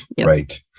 Right